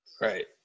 Right